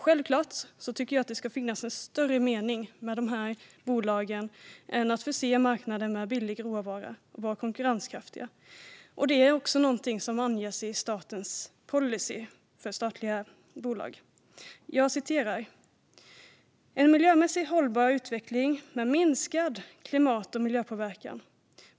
Självklart ska det finnas en större mening med dessa bolag än att förse marknaden med billig råvara och vara konkurrenskraftiga. Det är också något som anges i statens policy för statliga bolag, nämligen en miljömässigt hållbar utveckling med minskad klimat och miljöpåverkan.